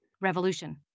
Revolution